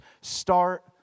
Start